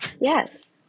Yes